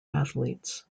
athletes